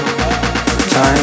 Time